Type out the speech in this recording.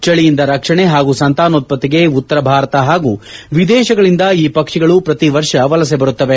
ಚಳಿಯಿಂದ ರಕ್ಷಣೆ ಹಾಗೂ ಸಂತಾನೋತ್ಪತ್ತಿಗೆ ಉತ್ತರ ಭಾರತ ಹಾಗೂ ವಿದೇಶಗಳಿಂದ ಈ ಪಕ್ಷಿಗಳು ಪ್ರತಿ ವರ್ಷ ವಲಸೆ ಬರುತ್ತವೆ